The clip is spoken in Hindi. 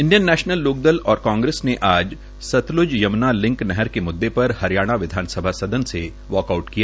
इंडियन नैशनल लोकदल और कांग्रेस ने आज सतल्ज यम्ना लिंक नहर के मुददे पर हरियाणा विधानसभा सदन से वाक आऊट किया